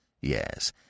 Yes